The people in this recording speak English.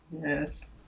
Yes